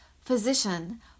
physician